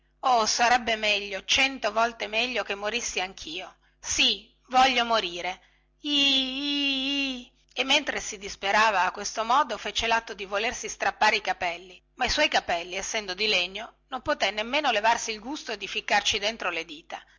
oh sarebbe meglio cento volte meglio che morissi anchio sì voglio morire ih ih ih e mentre si disperava a questo modo fece latto di volersi strappare i capelli ma i suoi capelli essendo di legno non poté nemmeno levarsi il gusto di ficcarci dentro le dita